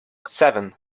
seven